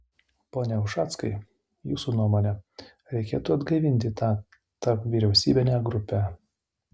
pone ušackai jūsų nuomone reikėtų atgaivinti tą tarpvyriausybinę grupę